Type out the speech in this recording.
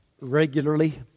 regularly